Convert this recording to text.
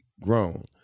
grown